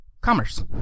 commerce